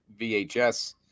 VHS